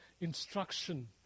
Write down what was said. instruction